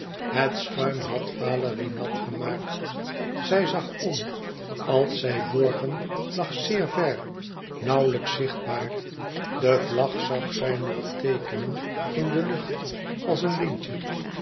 het schuim had valérie nat gemaakt zij zag om altseeborgen lag zeer ver nauwlijks zichtbaar de vlag zag zij nog teekenen in de lucht als een lintje